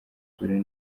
ikora